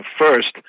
First